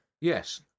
Yes